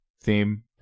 theme